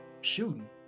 shooting